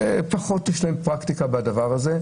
פחות יש להם פרקטיקה בעניין הזה.